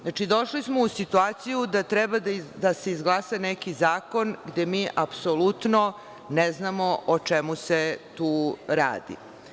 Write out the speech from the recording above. Znači, došli smo u situaciju da treba da se izglasa neki zakon gde mi apsolutno ne znamo o čemu se tu radi.